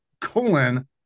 Colon